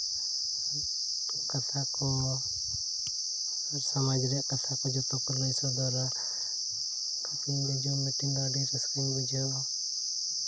ᱠᱟᱛᱷᱟ ᱠᱚ ᱥᱚᱢᱟᱡᱽ ᱨᱮᱭᱟᱜ ᱠᱟᱛᱷᱟ ᱠᱚ ᱡᱚᱛᱚ ᱠᱚ ᱞᱟᱹᱭ ᱥᱚᱫᱚᱨᱟ ᱛᱚᱵᱮ ᱤᱧ ᱫᱚ ᱡᱩᱢ ᱢᱤᱴᱤᱝ ᱫᱚ ᱟᱹᱰᱤ ᱨᱟᱹᱥᱠᱟᱹᱧ ᱵᱩᱡᱷᱟᱹᱣᱟ